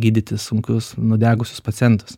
gydyti sunkius nudegusius pacientus